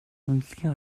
эмнэлгийн